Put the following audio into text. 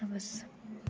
बस